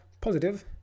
positive